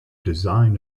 design